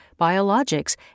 biologics